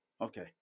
okay